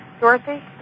Dorothy